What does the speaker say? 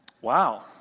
Wow